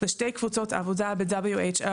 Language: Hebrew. לשתי קבוצות עבודה ב-WHO,